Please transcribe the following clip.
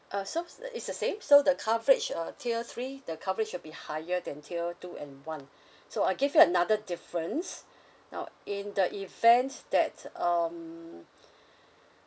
uh so s~ is the same so the coverage uh tier three the coverage will be higher than tier two and one so I give you another difference now in the event that um